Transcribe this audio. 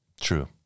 True